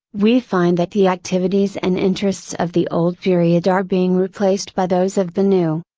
we find that the activities and interests of the old period are being replaced by those of the new.